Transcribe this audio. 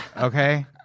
okay